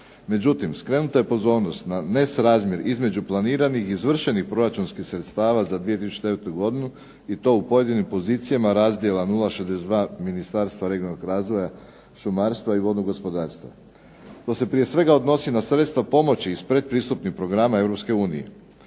Međutim, skrenuta je pozornost na nerazmjer između planiranih i izvršenih proračunskih sredstava za 2009. godinu i to u pojedinim pozicijama razdjela 0,62. Ministarstva regionalnog razvoja, šumarstva i vodnog gospodarstva. To se prije svega odnosi na sredstva pomoći iz pretpristupnih programa